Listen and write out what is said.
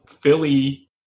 Philly